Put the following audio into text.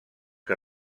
que